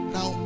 Now